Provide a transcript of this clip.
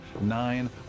nine